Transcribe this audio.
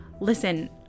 Listen